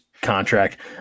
contract